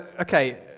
Okay